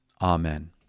amen